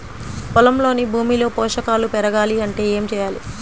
పొలంలోని భూమిలో పోషకాలు పెరగాలి అంటే ఏం చేయాలి?